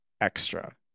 extra